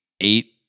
eight